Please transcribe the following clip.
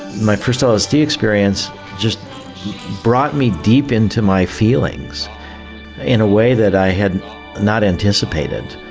my first lsd experience just brought me deep into my feelings in a way that i had not anticipated.